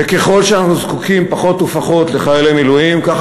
וככל שאנחנו זקוקים פחות ופחות לחיילי מילואים ככה